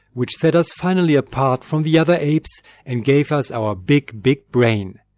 which set us finally apart from the other apes and gave us our big, big brain.